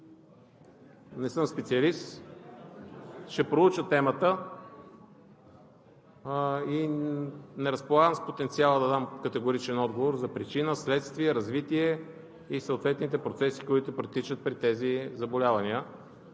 не съм специалист. Ще проуча темата. Не разполагам с потенциала да дам категоричен отговор за причина, следствие, развитие и съответните процеси, които протичат при тези заболявания,